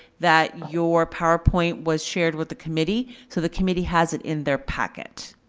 that your powerpoint was shared with the committee. so the committee has it in their packet.